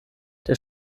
der